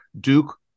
Duke